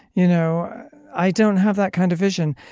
you know i don't have that kind of vision.